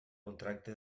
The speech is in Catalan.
contracte